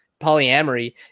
polyamory